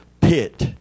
pit